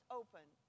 open